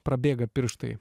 prabėga pirštai